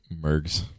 Mergs